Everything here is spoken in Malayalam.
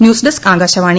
ന്യൂസ്ഡെസ്ക് ആകാശവാണി